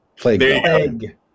Plague